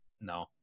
No